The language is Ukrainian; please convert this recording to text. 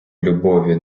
любові